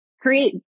create